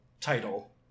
title